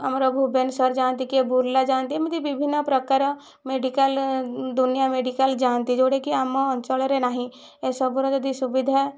ଆମର ଭୁବନେଶ୍ୱର ଯାଆନ୍ତି କିଏ ବୁର୍ଲା ଯାଆନ୍ତି ଏମିତି ବିଭିନ୍ନ ପ୍ରକାର ମେଡ଼ିକାଲ ଦୁନିଆଁ ମେଡ଼ିକାଲ ଯାଆନ୍ତି ଯେଉଁଟାକି ଆମ ଅଞ୍ଚଳରେ ନାହିଁ ଏସବୁର ଯଦି ସୁବିଧା